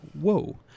whoa